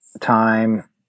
time